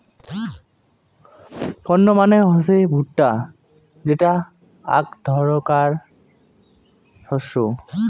corn মানে হসে ভুট্টা যেটা আক ধরণকার শস্য